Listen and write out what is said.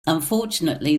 unfortunately